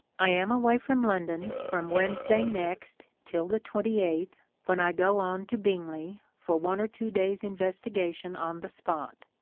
i am away from london from wednes day next till the twenty eighth when i go on to bing ley for one or two days' investigation on the spot.